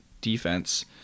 defense